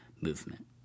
movement